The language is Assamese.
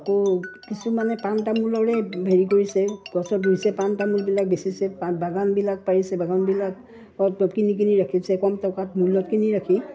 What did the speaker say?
আকৌ কিছুমানে পাণ তামোলৰে হেৰি কৰিছে গছত ৰুইছে পাণ তামোলবিলাক বেচিছে বাগানবিলাক পাৰিছে বাগানবিলাক কিনি কিনি ৰাখিছে কম টকাত মূলত কিনি ৰাখি